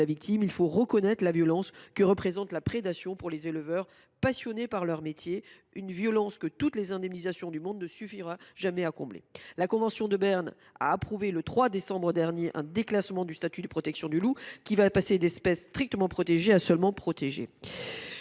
victime. Il faut reconnaître la violence que représente la prédation pour les éleveurs, passionnés par leur métier, une violence que toutes les indemnisations du monde ne suffiront jamais à compenser. À ce titre, la convention de Berne a approuvé, le 3 décembre dernier, un déclassement du statut de protection du loup, qui passera d’espèce « strictement protégée » à seulement « protégée